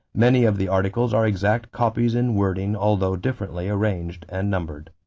many of the articles are exact copies in wording although differently arranged and numbered.